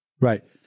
Right